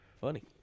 Funny